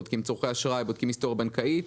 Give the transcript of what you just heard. צורכי אשראי והיסטוריה בנקאית,